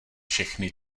všechny